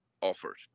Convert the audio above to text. offered